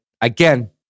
again